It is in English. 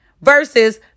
versus